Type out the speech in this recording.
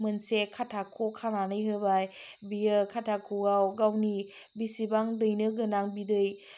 मोनसे खाथा ख' खानानै होबाय बियो खाथा ख'वाव गावनि बिसिबां दैनो गोनां बिदै